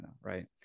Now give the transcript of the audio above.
right